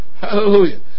Hallelujah